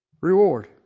Reward